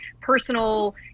personal